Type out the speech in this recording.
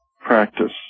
practice